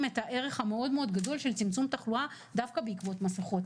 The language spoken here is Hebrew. את הערך המאוד מאוד גודל של צמצום התחלואה דווקא בעקבות מסכות.